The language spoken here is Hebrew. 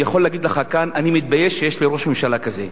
אני יכול להגיד לך כאן: אני מתבייש שיש לי ראש ממשלה כזה.